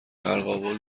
قرقاول